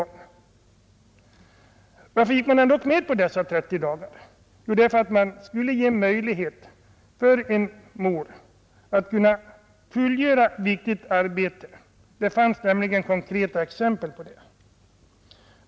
Varför gick man då med på dessa 30 dagar? Jo, det var därför att man ville ge möjlighet för en mor att fullgöra viktiga arbetsuppgifter. Det fanns nämligen konkreta exempel på behovet av detta.